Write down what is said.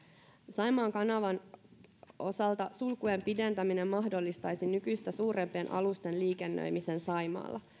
saimaan kanavan osalta sulkujen pidentäminen mahdollistaisi nykyistä suurempien alusten liikennöimisen saimaalla